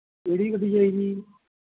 ਕਿਹੜੀ ਗੱਡੀ ਚਾਹੀਦੀ ਹੈ ਜੀ